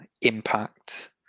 impact